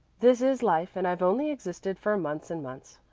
this is life, and i've only existed for months and months.